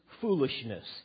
foolishness